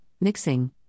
mixing